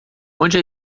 onde